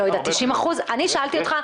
אני שאלתי אותך,